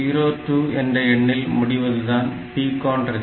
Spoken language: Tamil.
02 என்ற எண்ணில் முடிவதுதான் PCON ரெஜிஸ்டர்